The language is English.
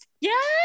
yes